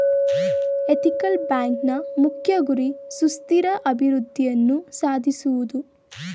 ethical ಬ್ಯಾಂಕ್ನ ಮುಖ್ಯ ಗುರಿ ಸುಸ್ಥಿರ ಅಭಿವೃದ್ಧಿಯನ್ನು ಸಾಧಿಸುವುದು